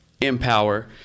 empower